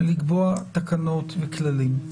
לקבוע תקנות וכללים.